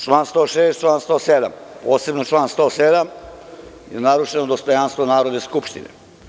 Član 106. i član 107, posebno član 107. - narušeno dostojanstvo Narodne skupštine.